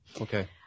okay